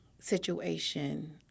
situation